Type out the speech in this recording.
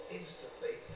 instantly